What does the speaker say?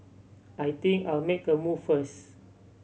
I think I'll make a move first